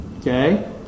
okay